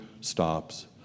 stops